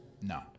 No